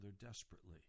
desperately